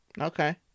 Okay